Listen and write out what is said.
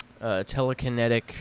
telekinetic